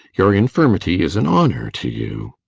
your infirmity is an honour to you.